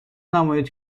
نمایید